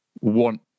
want